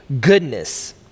goodness